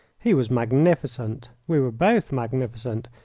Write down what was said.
he was magnificent we were both magnificent,